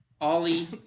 Ollie